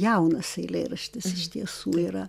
jaunas eilėraštis iš tiesų yra